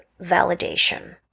validation